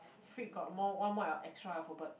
freak got more one more extra alphabet